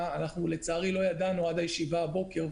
אנחנו לצערי לא ידענו עד הישיבה הבוקר,